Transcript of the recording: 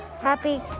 happy